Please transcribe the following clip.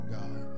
God